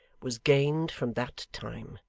was gained from that time.